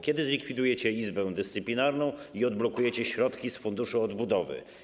Kiedy zlikwidujecie Izbę Dyscyplinarną i odblokujecie środki z Funduszu Odbudowy?